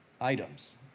items